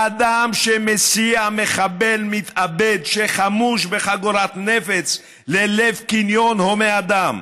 אדם שמסיע מחבל מתאבד שחמוש בחגורת נפץ ללב קניון הומה אדם,